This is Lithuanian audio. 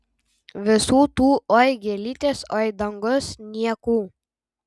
visų tų oi gėlytės oi dangus niekų